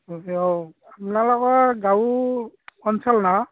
অঁ আপোনালোকৰ গাঁও অঞ্চল না